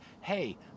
hey